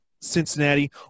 Cincinnati